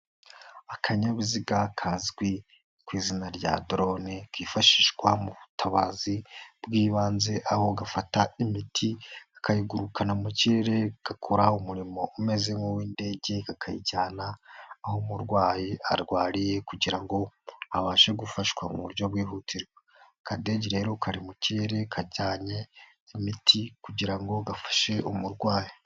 Akanyabiziga kazwi ku izina rya dorone kifashishwa mu butabazi bw'ibanze aho gafata imiti kakayigurukana mu kirere gakora umurimo umeze nk'uw'indege kakayijyana aho umurwayi arwariye kugira ngo abashe gufashwa mu buryo bwihutirwa, aka kadege rero kari mu kirere kajyanye imiti kugira ngo gafashe umurwayi.